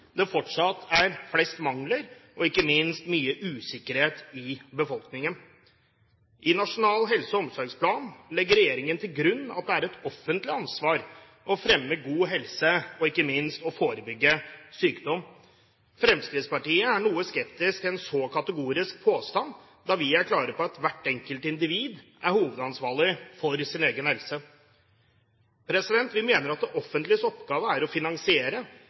det fortsatt er flest mangler og ikke minst mye usikkerhet i befolkningen. I Nasjonal helse- og omsorgsplan legger regjeringen til grunn at det er et offentlig ansvar å fremme god helse og ikke minst å forebygge sykdom. Fremskrittspartiet er noe skeptisk til en så kategorisk påstand, da vi er klare på at hvert enkelt individ er hovedansvarlig for sin egen helse. Vi mener at det offentliges oppgave er å finansiere,